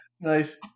Nice